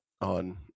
on